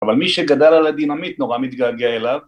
אבל מי שגדל על הדינמיט, נורא מתגעגע אליו.